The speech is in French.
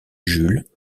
jules